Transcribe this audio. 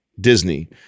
Disney